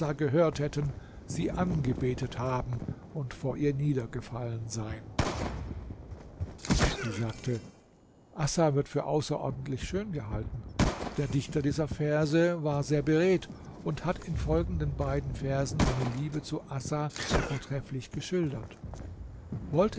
gehört hätten sie angebetet haben und vor ihr niedergefallen sein sie sagte assa wird für außerordentlich schön gehalten der dichter dieser verse kutheir war sehr beredt und hat in folgenden beiden versen seine liebe zu assa vortrefflich geschildert wollte